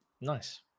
Nice